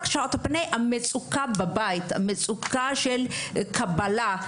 המצוקה היא בבית, של קבלה.